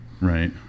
Right